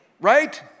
Right